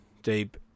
deep